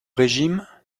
régime